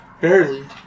Barely